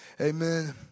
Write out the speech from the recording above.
Amen